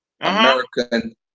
American